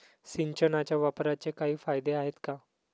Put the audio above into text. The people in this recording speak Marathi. सिंचनाच्या वापराचे काही फायदे आहेत का?